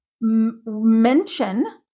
mention